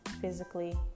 physically